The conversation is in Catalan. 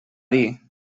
dir